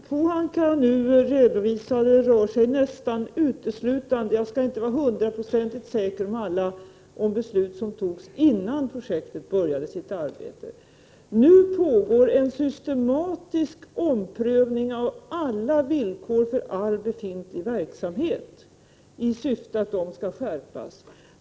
Herr talman! Ragnhild Pohanka redovisade några fall. Jag är inte hundraprocentigt säker på hur det förhåller sig när det gäller de beslut som har fattats innan det här projektet påbörjades. Nu pågår i varje fall en systematisk omrpövning av alla villkor för all befintlig verksamhet i syfte att åstadkomma en skärpning.